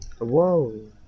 Whoa